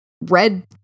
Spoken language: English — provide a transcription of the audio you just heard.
red